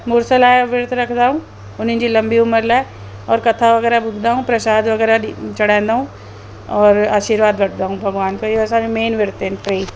मुड़ुस लाइ व्रत रखंदा आहियूं उन्हनि जी लंबी उमिरि लाइ और कथा वग़ैरह ॿुधंदा आहियूं परसाद वग़ैरह चड़ाईंदा आहियूं और आशीर्वाद वठंदा आहियूं भॻवान कयूं असांजो मेन व्रत आहिनि टेई